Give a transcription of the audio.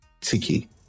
Tiki